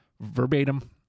verbatim